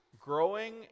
Growing